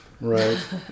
Right